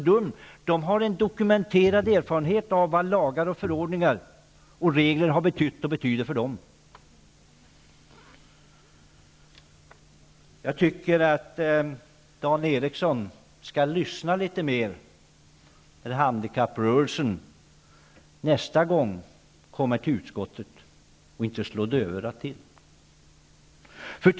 Där har man dokumenterad erfarenhet av vad lagar, förordningar och regler har betytt och betyder. Jag tycker att Dan Eriksson skall lyssna litet bättre när handikapprörelsen nästa gång kommer till utskottet, och inte slå dövörat till.